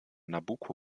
nabucco